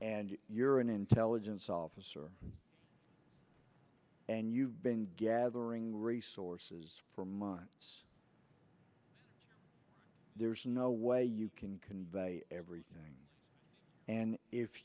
and you're an intelligence officer and you've been gathering resources for months there's no way you can convey every and if